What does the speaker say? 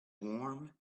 warm